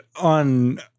on